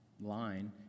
line